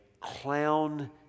clown